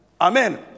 Amen